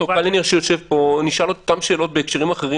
--- ד"ר קלינר שיושב פה נשאל אותן שאלות בהקשרים אחרים